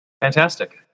Fantastic